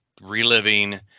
reliving